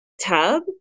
tub